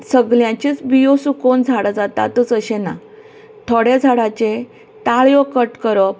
सगल्यांचेच बियो सुकोवन झाडां जातातूच अशें ना थोड्या झाडाचे ताळयो कट करप